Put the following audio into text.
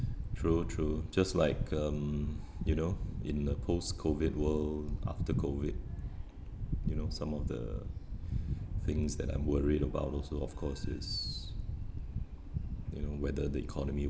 true true just like um you know in the post COVID world after COVID you know some of the things that I'm worried about also of course is you know whether the economy